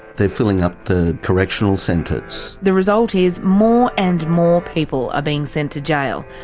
they're filling up the correctional centres. the result is more and more people are being sent to jail,